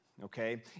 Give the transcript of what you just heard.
okay